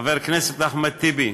חבר הכנסת אחמד טיבי,